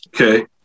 Okay